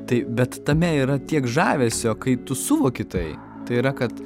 tai bet tame yra tiek žavesio kai tu suvoki tai tai yra kad